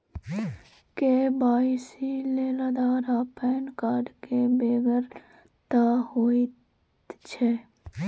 KYC लेल आधार आ PAN card केर बेगरता होइत छै